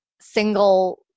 single